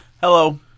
Hello